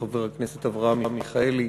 חבר הכנסת אברהם מיכאלי,